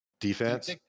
Defense